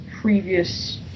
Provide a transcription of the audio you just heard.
previous